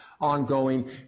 ongoing